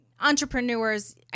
entrepreneurs